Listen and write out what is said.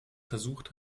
versucht